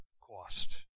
cost